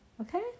okay